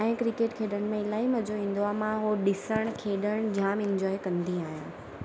ऐं क्रिकेट खेॾण में जाम मज़ो ईंदो आहे मां उहो ॾिसणु खेॾणु जाम इंजॉय कंदी आहियां